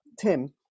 Tim